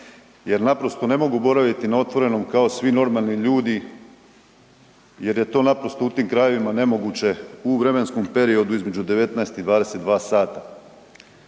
jer naprosto ne mogu boraviti na otvorenom kao svi normalni ljudi jer je to naprosto u tim krajevima nemoguće u vremenskom periodu između 19 i 22 sata.